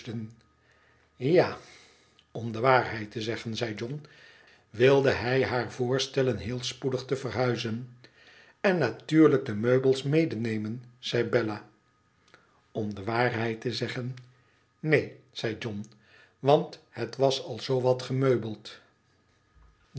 ja om de waarheid te zeggen zei john wilde hij haar voorstellen heel spoedig te verhuizen en natuurlijk de meubels medenemen zeibiella om de waarheid te zeggen neen zei john want het was al zoo wat gemeubeld